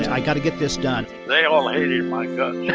i got to get this done they all hated my guts